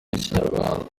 ikinyarwanda